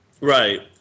Right